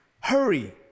hurry